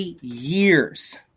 years